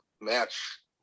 match